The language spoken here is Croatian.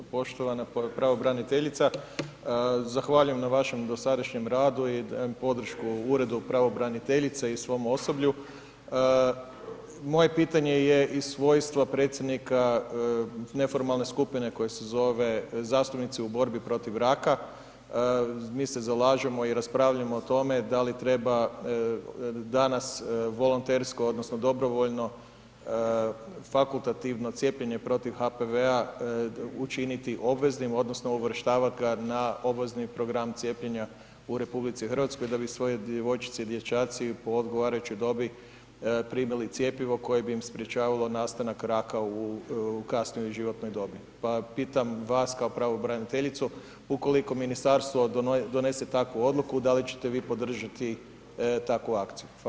Poštovana pravobraniteljica, zahvaljujem na vašem dosadašnjem radu i dajem podršku uredu pravobraniteljice i svom osoblju, moje pitanje je iz svojstva predsjednika neformalne skupine koja se zove „Zastupnici u borbi protiv raka“, mi se zalažemo i raspravljamo o tome da li treba danas volontersko odnosno dobrovoljno fakultativno cijepljenje protiv HPV-a učiniti obveznim odnosno uvrštavati ga na obvezni program cijepljenja u RH da bi svoj djevojčici i dječaci po odgovarajućoj dobi primili cjepivo koje bi im sprječavalo nastanak raka u kasnijoj životnoj dobi, pa pitam vas kao pravobraniteljicu, ukoliko ministarstvo donese takvu odluku da li ćete vi podržati takvu akciju.